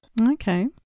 Okay